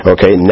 Okay